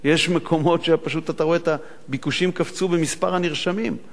יש מקומות שפשוט אתה רואה במספר הנרשמים שהביקושים קפצו.